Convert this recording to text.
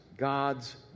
God's